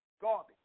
garbage